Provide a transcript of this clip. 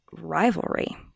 rivalry